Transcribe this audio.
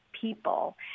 people